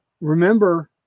remember